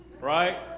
Right